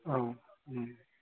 औ